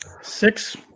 Six